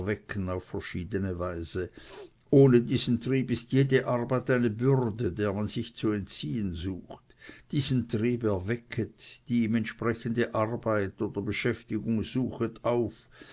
auf verschiedene weise ohne diesen trieb ist jede arbeit eine bürde der man sich zu entziehen sucht diesen trieb erwecket die ihm entsprechende arbeit oder beschäftigung suchet auf